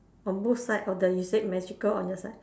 on both side of the you said magical on your side